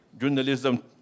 journalism